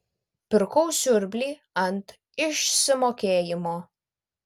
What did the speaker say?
pirkau siurblį ant išsimokėjimo